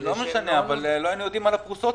אבל לא היינו יודעים על הפרוסות.